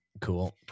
Cool